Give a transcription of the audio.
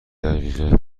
دقیقه